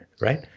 right